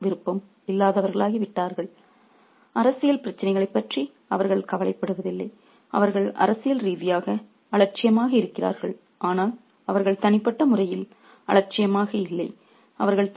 அவர்கள் அரசியல் விருப்பம் இல்லாதவர்களாகிவிட்டார்கள் அரசியல் பிரச்சினைகளைப் பற்றி அவர்கள் கவலைப்படுவதில்லை அவர்கள் அரசியல் ரீதியாக அலட்சியமாக இருக்கிறார்கள் ஆனால் அவர்கள் தனிப்பட்ட முறையில் அலட்சியமாக இல்லை